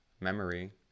memory